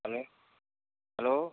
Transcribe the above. hello hello